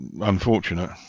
unfortunate